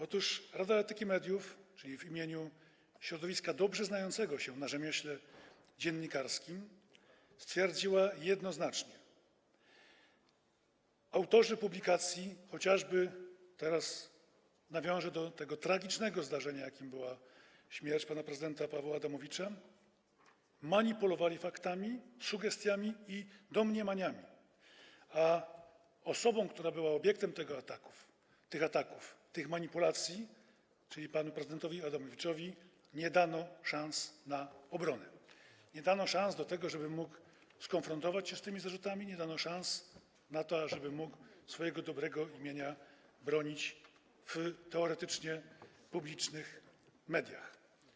Otóż Rada Etyki Mediów, czyli było to w imieniu środowiska dobrze znającego się na rzemiośle dziennikarskim, stwierdziła jednoznacznie, że autorzy publikacji - nawiążę teraz chociażby do tego tragicznego zdarzenia, jakim była śmierć pana prezydenta Pawła Adamowicza - manipulowali faktami, sugestiami i domniemaniami, a osobie, która była obiektem tych ataków, tych manipulacji, czyli panu prezydentowi Adamowiczowi, nie dano szans na obronę, nie dano szans na to, żeby mógł skonfrontować się z tymi zarzutami, nie dano szans na to, ażeby mógł swojego dobrego imienia bronić w teoretycznie publicznych mediach.